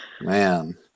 man